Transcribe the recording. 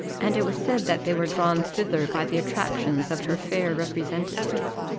and it was said that they were drawn thither by the attractions of her fair representative.